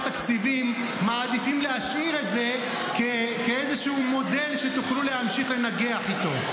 התקציבים מעדיפים להשאיר את זה כאיזשהו מודל שתוכלו להמשיך לנגח איתו.